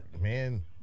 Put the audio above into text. man